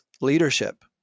leadership